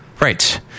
Right